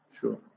Sure